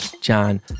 John